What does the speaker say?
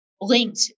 linked